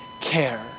care